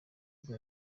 rwo